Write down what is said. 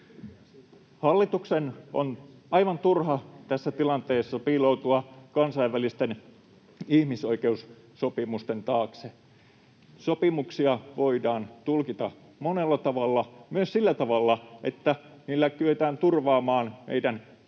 Hallituksen on aivan turha tässä tilanteessa piiloutua kansainvälisten ihmisoikeussopimusten taakse. Sopimuksia voidaan tulkita monella tavalla, myös sillä tavalla, että niillä kyetään turvaamaan meidän, Suomen,